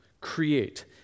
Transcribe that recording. create